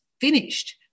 finished